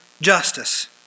justice